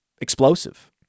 explosive